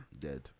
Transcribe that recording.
Dead